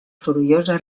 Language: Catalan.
sorollosa